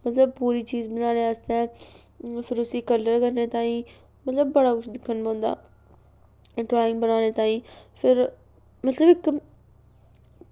ते पूरी चीज बनाने आस्तै फिर उसी कलर करने ताईं मतलब बड़ा किश करना होंदा ड्राईंग बनाने ताईं फिर मतलब